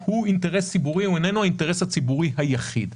הוא אינטרס ציבורי אך הוא איננו האינטרס הציבורי היחיד.